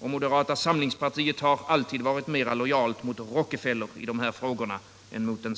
Och moderata samlingspartiet har i dessa frågor alltid varit mera lojalt mot Rockefeller än mot den svenska — Nr 23 nationen.